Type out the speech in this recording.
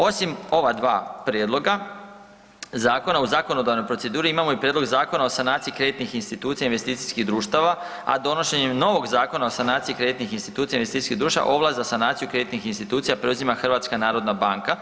Osim ova dva prijedloga zakona u zakonodavnoj proceduri imamo i Prijedlog Zakona o sanaciji kreditnih institucija i investicijskih društava, a donošenjem novog Zakona o sanaciji kreditnih institucija i investicijskih društava, ovlast za sanaciju kreditnih institucija preuzima HNB.